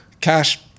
Cash